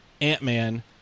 Ant-Man